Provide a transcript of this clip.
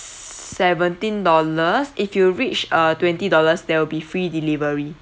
seventeen dollars if you reach uh twenty dollars there will be free delivery